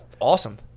awesome